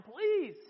please